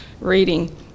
reading